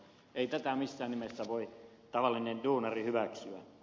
ei tätä missään nimessä voi tavallinen duunari hyväksyä